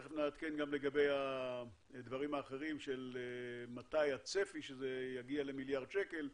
תיכף נעדכן גם לגבי הדברים האחרים של מתי הצפי שזה יהיה מיליארד שקל,